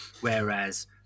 Whereas